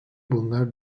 bunlar